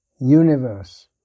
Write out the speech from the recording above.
universe